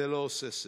זה לא עושה שכל.